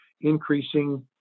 increasing